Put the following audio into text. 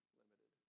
limited